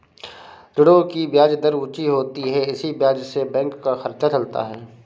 ऋणों की ब्याज दर ऊंची होती है इसी ब्याज से बैंक का खर्चा चलता है